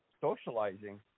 socializing